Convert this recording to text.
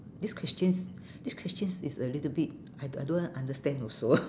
this question this question is a little bit I I don't understand also